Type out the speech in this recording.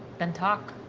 then talk.